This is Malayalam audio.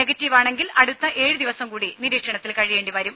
നെഗറ്റീവാണെങ്കിൽ അടുത്ത ഏഴ് ദിവസം കൂടി നിരീക്ഷണത്തിൽ കഴിയേണ്ടി വരും